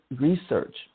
research